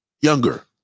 Younger